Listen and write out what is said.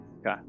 Okay